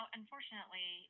unfortunately